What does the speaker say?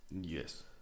yes